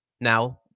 Now